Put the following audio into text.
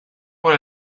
por